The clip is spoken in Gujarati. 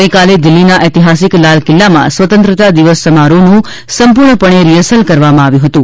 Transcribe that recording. ગઈકાલે દિલ્ફીના ઐતિહાસિક લાલ કિલ્લામાં સ્વતંત્રતા દિવસ સમારોહનું સંપૂર્ણપણે રિહર્સલ કરવામાં આવ્યું હતું